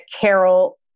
carol